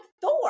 Thor